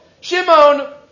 Shimon